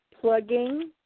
plugging